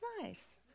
nice